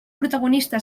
protagonista